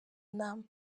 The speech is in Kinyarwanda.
nama